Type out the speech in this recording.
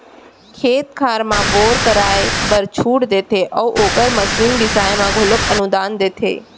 खेत खार म बोर करवाए बर छूट देते अउ ओखर मसीन बिसाए म घलोक अनुदान देथे